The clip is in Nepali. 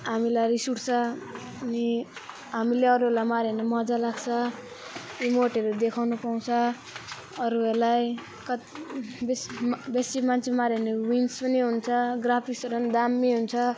हामीलाई रिस उठ्छ अनि हामीले अरूहरूलाई माऱ्यो भने मजा लाग्छ रिमोटहरू देखाउनु पाउँछ अरूहरूलाई कति बेसी बेसी मान्छे माऱ्यो भने विन्स पनि हुन्छ ग्राफिक्सहरू दामी हुन्छ